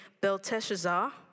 Belteshazzar